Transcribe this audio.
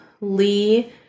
Lee